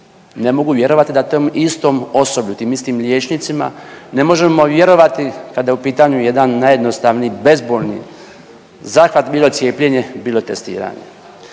ne mogu vjerovati da tom istom osoblju, tim istim liječnicima ne možemo vjerovati kada je u pitanju jedan najjednostavniji bezbolni zahvat bilo cijepljenje bilo testiranje.